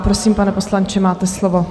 Prosím, pane poslanče, máte slovo.